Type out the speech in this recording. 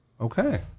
Okay